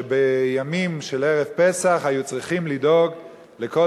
הוא שבימים של ערב פסח צריכים לדאוג לכל